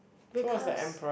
because